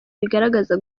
bigaragaza